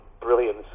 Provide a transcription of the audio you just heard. brilliance